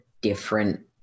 different